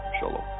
Shalom